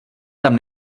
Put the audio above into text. tam